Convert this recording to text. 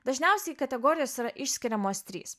dažniausiai kategorijos yra išskiriamos trys